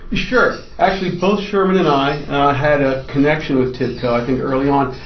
sure. actually, both sherman and i had a connection with tibco, i think early on.